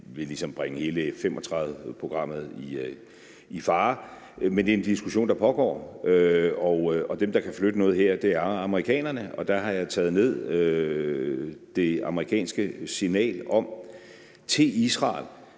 det ligesom vil bringe hele F 35-programmet i fare. Men det er en diskussion, der pågår, og dem, der kan flytte noget her, er amerikanerne. Og der har jeg taget det amerikanske signal til Israel